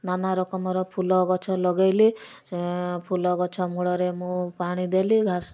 ନାନା ରକମର ଫୁଲ ଗଛ ଲଗାଇଲି ସେ ଫୁଲ ଗଛ ମୂଳରେ ମୁଁ ପାଣି ଦେଲି ଘାସ